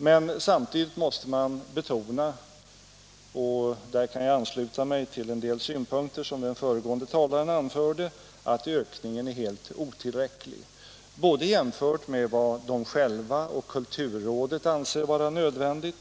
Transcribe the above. Men samtidigt måste man betona — där kan jag ansluta mig till en del synpunkter som den föregående talaren anförde — att ökningen är helt otillräcklig, både jämfört med vad de själva och vad kulturrådet anser vara nödvändigt,